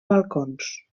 balcons